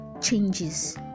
changes